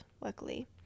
luckily